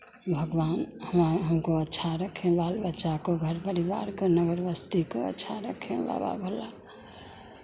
भगवान थोड़ा हमको अच्छा रखें बाल बच्चा को घर परिवार को नगर बस्ती को अच्छा रखें बाबा भोला